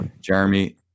Jeremy